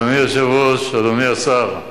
אדוני היושב-ראש, אדוני השר,